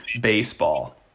baseball